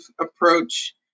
approach